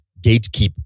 gatekeep